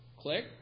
Click